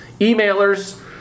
emailers